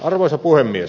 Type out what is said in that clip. arvoisa puhemies